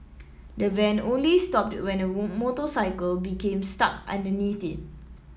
the van only stopped when a motorcycle became stuck underneath it